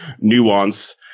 nuance